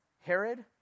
Herod